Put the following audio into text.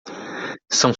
são